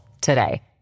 today